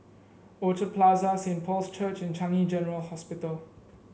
Orchard Plaza Saint Paul's Church and Changi General Hospital